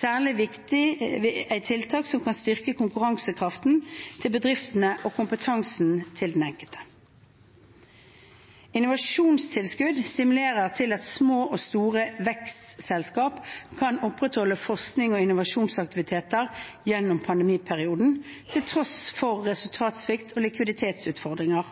Særlig viktige er tiltak som kan styrke konkurransekraften til bedriftene og kompetansen til den enkelte. Innovasjonstilskudd stimulerer til at små og store vekstselskaper kan opprettholde forsknings- og innovasjonsaktiviteter gjennom pandemiperioden, til tross for resultatsvikt og likviditetsutfordringer.